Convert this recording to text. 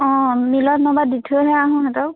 অঁ মিলত নহ'বা দি থৈ হে আহো সিহঁতক